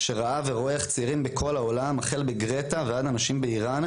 שראה ורואה איך צעירים בכל העולם החל מגרטה ועד לנשים באירן,